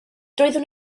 doeddwn